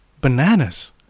Bananas